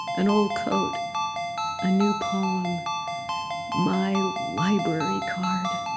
an old coat a new poem my library card